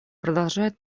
продолжает